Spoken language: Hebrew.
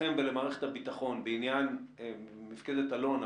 לכם ולמערכת הביטחון בעניין מפקדת אלון,